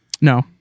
No